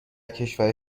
کشور